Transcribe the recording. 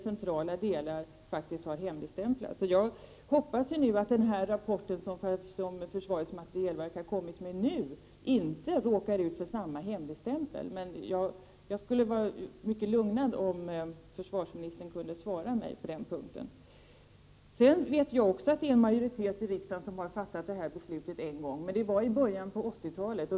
Centrala delar har faktiskt hemligstämplats. Jag hoppas att den rapport som försvarets materielverk nu framlagt inte råkar ut för hemligstämpeln. Jag skulle bli mycket lugnad om försvarsministern kunde lämna mig ett positivt besked på den punkten. Jag vet också att det var en majoritet i riksdagen som en gång fattade detta beslut. Men det skedde i början av 80-talet.